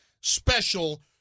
special